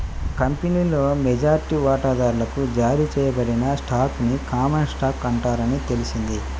కంపెనీలోని మెజారిటీ వాటాదారులకు జారీ చేయబడిన స్టాక్ ని కామన్ స్టాక్ అంటారని తెలిసింది